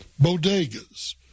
bodegas